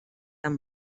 amb